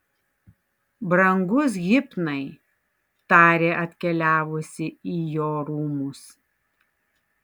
brangus hipnai tarė atkeliavusi į jo rūmus